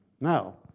Now